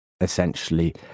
essentially